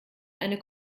eine